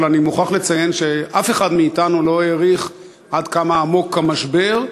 אבל אני מוכרח לציין שאף אחד מאתנו לא העריך עד כמה עמוק המשבר,